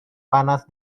panas